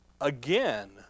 again